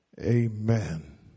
Amen